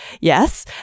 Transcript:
yes